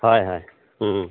হয় হয়